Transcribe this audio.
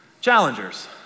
Challengers